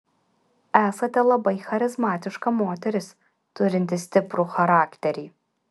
esate labai charizmatiška moteris turinti stiprų charakterį